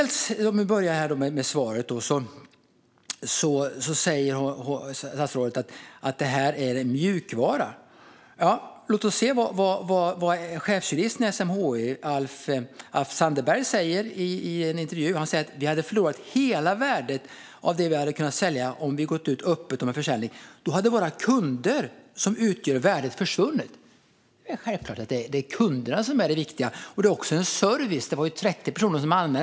Låt mig börja med vad statsrådet säger i svaret om att det här är en mjukvara. I en intervju säger SMHI:s chefsjurist af Sandeberg: "Vi hade förlorat hela värdet av det vi kunde sälja om vi gått ut öppet om en försäljning. Då hade våra kunder, som utgör värdet, försvunnit." Självklart är kunderna det viktiga. Det är också en service. 30 personer hade ju anmält det här.